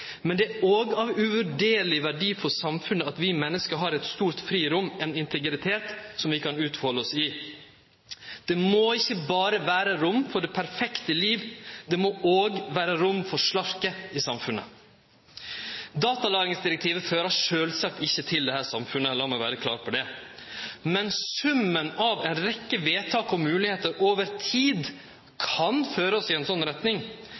Men det er òg av uvurderleg verdi for samfunnet at vi menneske har eit stort frirom, ein integritet, som vi kan utfalde oss i. Det må ikkje berre vere rom for det perfekte livet. Det må òg vere rom for slarket i samfunnet. Datalagringsdirektivet fører sjølvsagt ikkje til eit slikt samfunn, lat meg vere klar på det. Men summen av ei rekkje vedtak og moglegheiter over tid kan føre oss i ei slik retning.